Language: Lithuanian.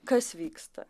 kas vyksta